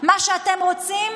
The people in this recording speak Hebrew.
מה שאתם רוצים,